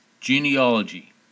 Genealogy